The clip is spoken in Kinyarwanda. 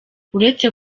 uretse